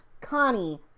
Connie